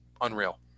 Unreal